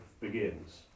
begins